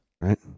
Right